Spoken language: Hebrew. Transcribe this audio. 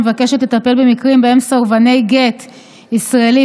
שמבקשת לטפל במקרים שבהם סרבני גט ישראלים